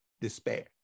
despair